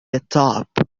التعب